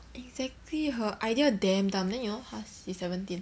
exactly her idea damn dumb then you know 她 she's seventeen